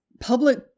public